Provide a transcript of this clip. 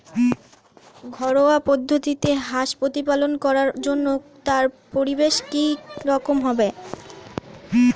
ঘরোয়া পদ্ধতিতে হাঁস প্রতিপালন করার জন্য তার পরিবেশ কী রকম হবে?